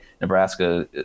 Nebraska